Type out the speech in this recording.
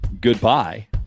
goodbye